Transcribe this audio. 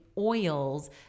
oils